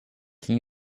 can